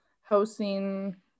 housing